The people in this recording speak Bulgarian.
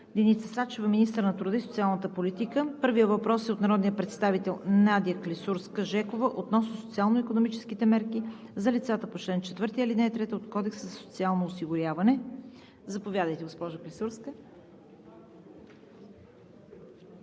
Деница Сачева – министър на труда и социалната политика. Първият въпрос е от народния представител Надя Клисурска-Жекова относно социално-икономическите мерки за лицата по чл. 4, ал. 3 от Кодекса за социално осигуряване. Заповядайте, госпожо Клисурска.